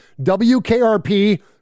WKRP –